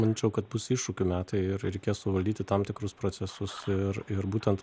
manyčiau kad bus iššūkių metai ir reikės suvaldyti tam tikrus procesus ir ir būtent